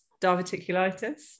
diverticulitis